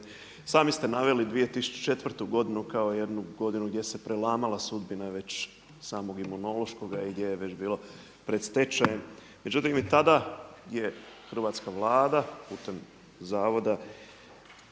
Sami ste naveli 2004. godinu kao jednu godinu gdje se prelamala sudbina već samog Imunološkog i gdje je već bilo pred stečajem. Međutim i tada je hrvatska Vlada putem zavoda